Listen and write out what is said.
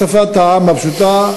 בשפת העם הפשוטה,